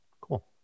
cool